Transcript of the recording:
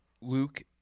Luke